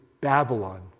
Babylon